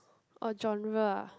oh genre